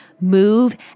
move